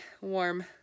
warm